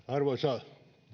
arvoisa